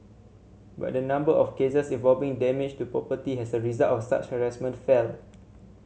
but the number of cases involving damage to property has a result of such harassment fell